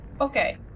Okay